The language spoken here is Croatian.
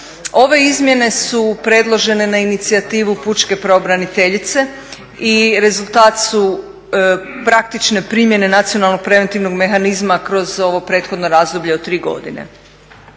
Ove izmjene su predložene na inicijativu pučke pravobraniteljice i rezultat su praktične primjene nacionalnog preventivnog mehanizma kroz ovo prethodno razdoblje od tri godine.